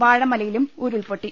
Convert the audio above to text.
വാഴമല യിലും ഉരുൾപൊട്ടി